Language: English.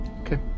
Okay